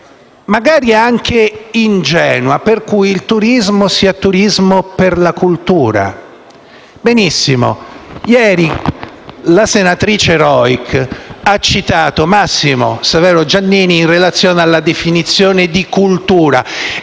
magari anche ingenua, per cui il turismo sia turismo per la cultura. Ebbene, ieri la senatrice Rojc ha citato Massimo Severo Giannini in relazione alla definizione di cultura.